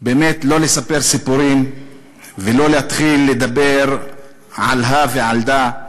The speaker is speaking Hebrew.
לא לספר סיפורים ולא להתחיל לדבר על הא ועל דא,